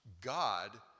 God